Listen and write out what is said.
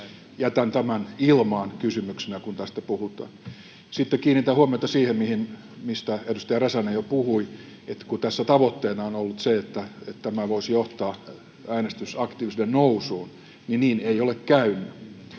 Jätän tämän ilmaan kysymyksenä, kun tästä puhutaan. Sitten kiinnitän huomiota siihen, mistä edustaja Räsänen jo puhui: tässä tavoitteena on ollut se, että tämä voisi johtaa äänestysaktiivisuuden nousuun, mutta niin ei ole käynyt.